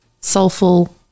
soulful